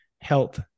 health